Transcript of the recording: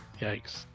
Yikes